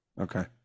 Okay